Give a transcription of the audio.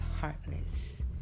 heartless